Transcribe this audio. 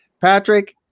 Patrick